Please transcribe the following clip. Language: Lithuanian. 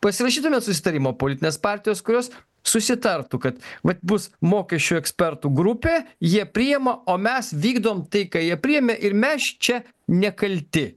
pasirašytumėt susitarimą politinės partijos kurios susitartų kad vat bus mokesčių ekspertų grupė jie priima o mes vykdom tai ką jie priėmė ir mes čia nekalti